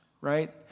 right